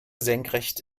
senkrecht